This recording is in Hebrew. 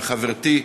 וחברתי,